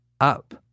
up